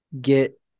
get